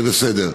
זה בסדר.